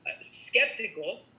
skeptical